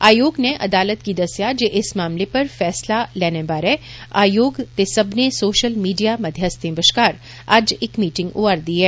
आयोग नै अदालत गी दस्सेआ जे इस मामले पर फैसला लैने बारे आयोग ते सब्बनें सौषल मीडिया मध्यस्थें बष्कार अज्ज इक मीटिंग होआरी ऐ